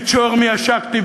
את שור מי עשקתי,